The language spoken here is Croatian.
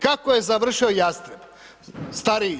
Kako je završio Jastreb stariji?